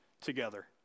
together